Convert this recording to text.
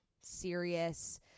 serious